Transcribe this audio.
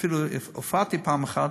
ואפילו הופעתי בו פעם אחת.